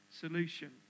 solution